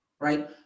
Right